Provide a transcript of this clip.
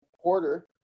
Porter